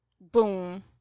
Boom